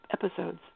episodes